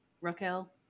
Raquel